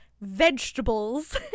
vegetables